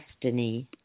destiny